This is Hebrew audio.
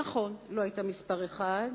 נכון, לא היית מספר אחת.